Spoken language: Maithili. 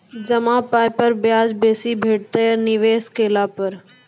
जमा पाय पर ब्याज बेसी भेटतै या निवेश केला पर?